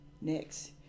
next